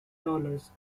dollars